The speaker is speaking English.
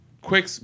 quick